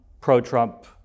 Pro-Trump